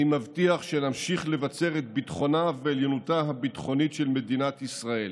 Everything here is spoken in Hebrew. אני מבטיח שנמשיך לבצר את ביטחונה ועליונותה הביטחונית של מדינת ישראל